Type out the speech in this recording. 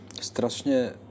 strašně